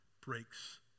breaks